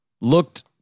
looked